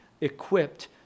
equipped